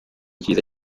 cyiza